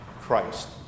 Christ